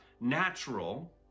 natural